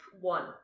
One